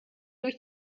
durch